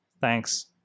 thanks